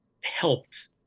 helped